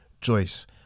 Joyce